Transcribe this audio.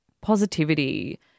positivity